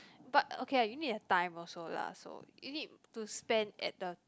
but okay lah you need have time also lah so you need to spend at the